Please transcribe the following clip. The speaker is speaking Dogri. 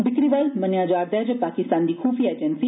बिकरी वाल मन्नेया जा रदा ऐ जे पाकिस्तान दी खुफिया एजेंसी